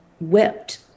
wept